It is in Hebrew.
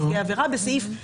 מפרסמת בעניינו הנחיה,